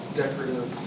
decorative